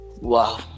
wow